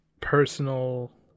personal